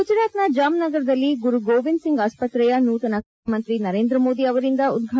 ಗುಜರಾತ್ನ ಜಾಮ್ನಗರದಲ್ಲಿ ಗುರು ಗೋವಿಂದ್ ಸಿಂಗ್ ಆಸ್ಪತ್ರೆಯ ನೂತನ ಕಟ್ಟಡ ಪ್ರಧಾನಮಂತ್ರಿ ನರೇಂದ್ರ ಮೋದಿ ಅವರಿಂದ ಉದ್ವಾಟನೆ